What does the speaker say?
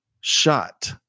Shot